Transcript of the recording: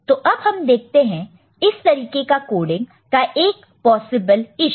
तो अब हम देखते हैं इस तरीके के कोडिंग का एक पॉसिबल यीशु